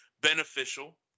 beneficial